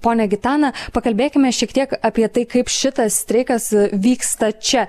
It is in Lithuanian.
ponia gitana pakalbėkime šiek tiek apie tai kaip šitas streikas vyksta čia